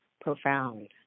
profound